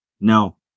No